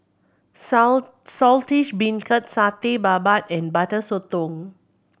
Saltish Beancurd Satay Babat and Butter Sotong